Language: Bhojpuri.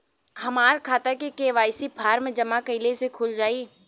हमार खाता के.वाइ.सी फार्म जमा कइले से खुल जाई?